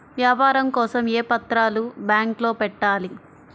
వ్యాపారం కోసం ఏ పత్రాలు బ్యాంక్లో పెట్టాలి?